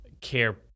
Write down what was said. care